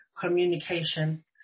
communication